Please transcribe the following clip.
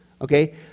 Okay